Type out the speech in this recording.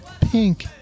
Pink